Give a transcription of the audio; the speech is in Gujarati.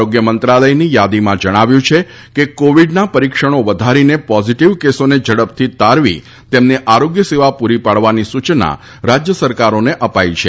આરોગ્ય મંત્રાલયની યાદીમાં જણાવ્યું છે કે કોવિડના પરિક્ષણો વધારીને પોઝીટીવ કેસોને ઝડપથી તારવી તેમને આરોગ્ય સેવા પૂરી પાડવાની સૂચના રાજ્ય સરકારોને અપાઈ છે